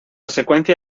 secuencia